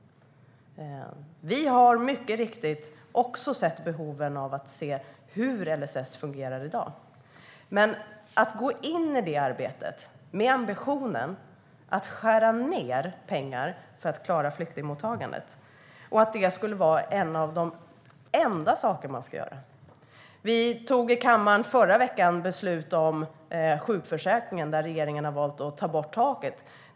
Vi har mycket riktigt också sett behovet av att se över hur LSS fungerar i dag. Men vi tycker inte att man ska gå in i det arbetet med ambitionen att skära ned för att klara flyktingmottagandet eller att det är en av de enda saker man ska göra. Vi tog i kammaren förra veckan beslut om sjukförsäkringen, där regeringen har valt att ta bort taket.